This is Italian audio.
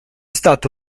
stato